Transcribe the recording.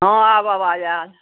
हँ आब अबाज आयल